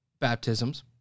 baptisms